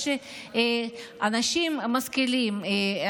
יש אנשים משכילים,